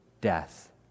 Death